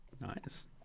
nice